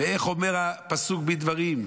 ואיך אומר הפסוק בדברים?